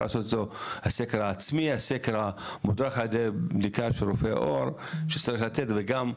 לעשות אותו כסקר עצמי לקראת רופא עור שצריך לתת לרופא.